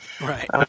Right